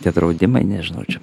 tie draudimai nežinau čia